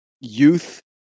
youth